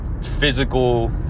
physical